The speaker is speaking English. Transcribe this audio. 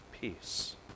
peace